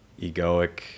egoic